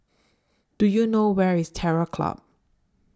Do YOU know Where IS Terror Club